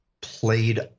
played